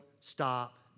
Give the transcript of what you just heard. stop